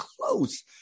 close